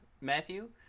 Matthew